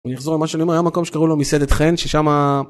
אני אחזור למה שאני אומר, היב מקום שקראו לו מסדעת חן ששמה.